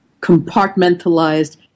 Compartmentalized